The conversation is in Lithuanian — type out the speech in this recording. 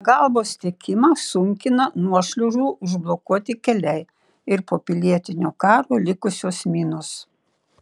pagalbos tiekimą sunkina nuošliaužų užblokuoti keliai ir po pilietinio karo likusios minos